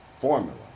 formula